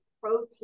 protein